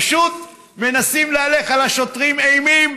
פשוט מנסים להלך על השוטרים אימים.